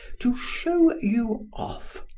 to show you off.